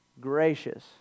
gracious